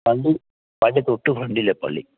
പള്ളി അതിന്റെ തൊട്ട് ഫ്രെണ്ടിലാണ് പള്ളി